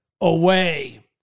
away